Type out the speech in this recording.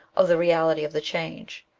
of the reality of the change.